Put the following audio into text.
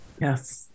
yes